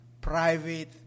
private